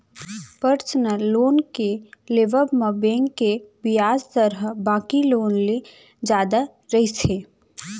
personal loan के लेवब म बेंक के बियाज दर ह बाकी लोन ले जादा रहिथे